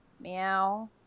meow